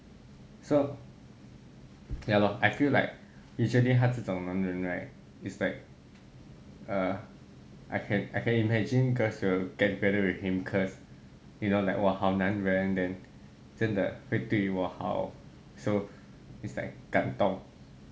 so ya lor I feel like usually 他这种男人 right is like err I can I can imagine cause you'll get together with him cause you know like !wah! 好男人 then then 真的会对我好 so it's like 感动